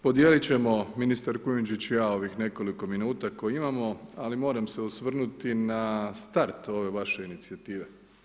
Podijelit ćemo, ministar Kujundžić i ja, ovih nekoliko minuta koje imamo, ali moram se osvrnuti na start ove vaše inicijative.